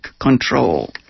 control